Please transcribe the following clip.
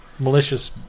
malicious